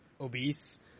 obese